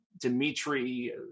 Dimitri